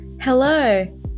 Hello